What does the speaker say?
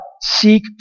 seek